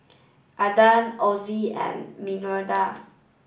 Aden Ozi and Mirinda